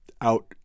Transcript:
out